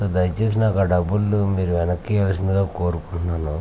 sir దయచేసి నాకు ఆ డబ్బులు మీరు వెనక్కి ఇవ్వాల్సిందిగా కోరుకుంటున్నాను